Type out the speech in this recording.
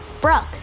Brooke